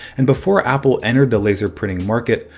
and before apple entered the laser printing market,